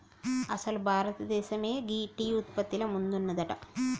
అసలు భారతదేసమే గీ టీ ఉత్పత్తిల ముందున్నదంట